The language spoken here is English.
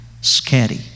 Scary